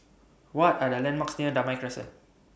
What Are The landmarks near Damai Crescent